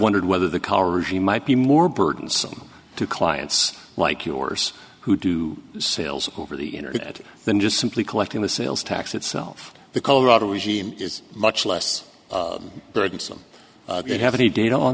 wondered whether the car regime might be more burdensome to clients like yours who do sales over the internet than just simply collecting the sales tax itself the colorado regime is much less there than some that have any data on